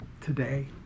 today